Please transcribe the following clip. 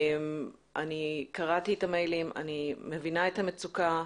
אני קראתי את המיילים, אני מבינה את המצוקה,